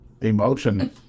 emotion